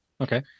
Okay